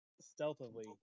stealthily